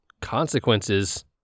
Consequences